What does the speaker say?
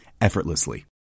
effortlessly